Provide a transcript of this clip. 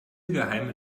geheime